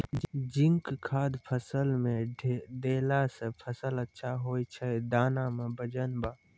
zinc खाद फ़सल मे देला से फ़सल अच्छा होय छै दाना मे वजन ब